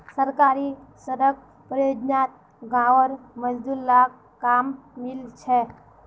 सरकारी सड़क परियोजनात गांउर मजदूर लाक काम मिलील छ